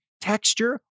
texture